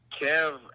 Kev